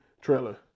trailer